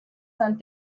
sent